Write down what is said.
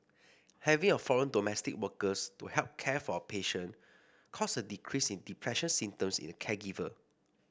having a foreign domestic workers to help care for a patient caused a decrease in depressive symptoms in the caregiver